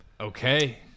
okay